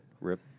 Rip